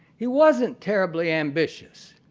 he wasn't terribly ambitious.